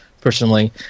personally